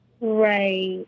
Right